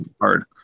hard